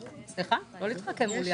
סליחה, לא להתחמק.